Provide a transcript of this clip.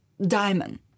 diamond